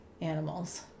animals